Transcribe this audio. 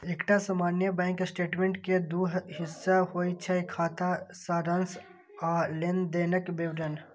एकटा सामान्य bank statement के दू हिस्सा होइ छै, खाता सारांश आ लेनदेनक विवरण